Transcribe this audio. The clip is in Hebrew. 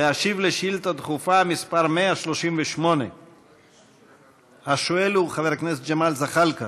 להשיב על שאילתה דחופה מס' 138. השואל הוא חבר הכנסת ג'מאל זחאלקה,